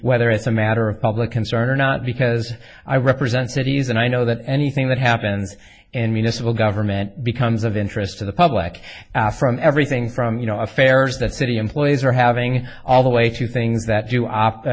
whether it's a matter of public concern or not because i represent cities and i know that anything that happens in municipal government becomes of interest to the public everything from you know affairs that city employees are having all the way to things that you